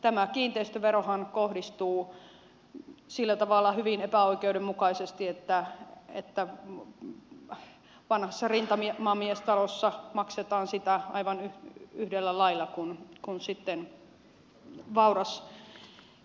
tämä kiinteistöverohan kohdistuu sillä tavalla hyvin epäoikeudenmukaisesti että vanhassa rintamamiestalossa maksetaan sitä aivan yhtä lailla kuin sitä maksaa vauras